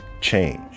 Change